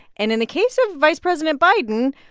and in the case of vice president biden,